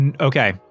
Okay